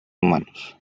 humanos